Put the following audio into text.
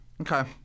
Okay